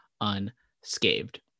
unscathed